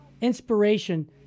inspiration